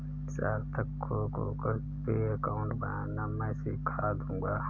सार्थक को Google Pay account बनाना मैं सीखा दूंगा